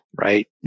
right